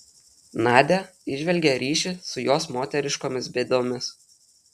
nadia įžvelgė ryšį su jos moteriškomis bėdomis